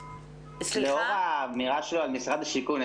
לאור האמירה שלו על משרד השיכון,